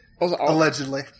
Allegedly